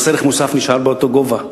מס ערך מוסף נשאר באותו גובה,